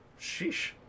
Sheesh